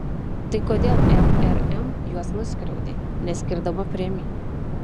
tai kodėl vrm juos nuskriaudė neskirdama premijų